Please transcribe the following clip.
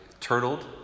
turtled